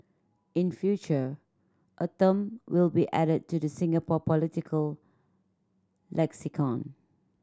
in future a term will be added to the Singapore political lexicon